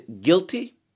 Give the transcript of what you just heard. guilty